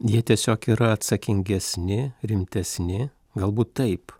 jie tiesiog yra atsakingesni rimtesni galbūt taip